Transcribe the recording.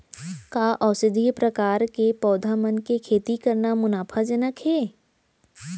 का औषधीय प्रकार के पौधा मन के खेती करना मुनाफाजनक हे?